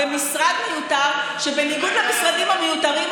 את ההתיישבות בגבולות מדינת ישראל?